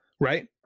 Right